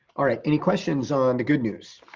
all right. any questions on the good news?